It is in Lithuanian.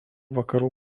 vakarų